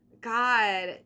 god